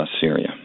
syria